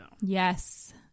Yes